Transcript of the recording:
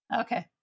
Okay